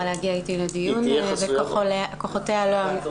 להגיע אתי לדיון אבל כוחותיה לא עמדו לה.